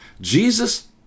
Jesus